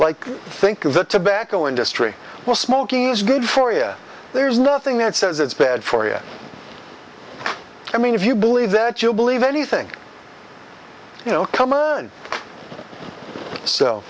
like think of the tobacco industry well smoking is good for you there's nothing that says it's bad for you i mean if you believe that you believe anything you know come on so